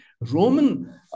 Roman